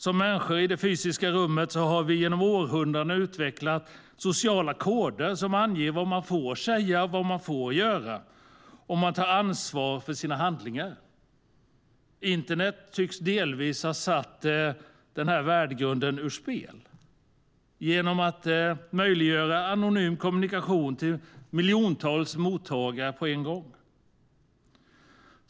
Som människor i det fysiska rummet har vi genom århundraden utvecklat sociala koder som anger vad man får säga och vad man får göra. Och man tar ansvar för sina handlingar. Internet tycks delvis ha satt denna värdegrund ur spel genom att möjliggöra anonym kommunikation med miljontals mottagare på en gång.